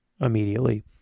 immediately